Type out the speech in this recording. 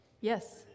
Yes